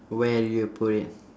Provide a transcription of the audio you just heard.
where do you put it